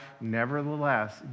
Nevertheless